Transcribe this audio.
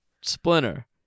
Splinter